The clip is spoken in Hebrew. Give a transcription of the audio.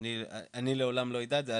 אני לעולם לא יידע את זה,